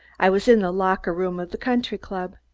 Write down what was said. i was in the locker-room of the country-club,